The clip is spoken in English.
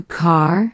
car